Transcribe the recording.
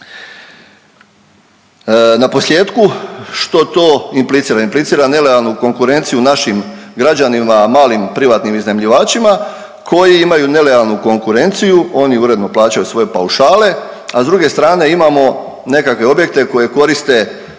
Naposljetku, što to implicira? Implicira nelojalnu konkurenciju našim građanima malim i privatnim iznajmljivačima koji imaju nelojalnu konkurenciju. Oni uredno plaćaju svoje paušale, a s druge strane imamo nekakve objekte koji koriste